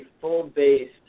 full-based